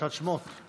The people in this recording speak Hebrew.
פרשת שמות.